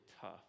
tough